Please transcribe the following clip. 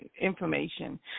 information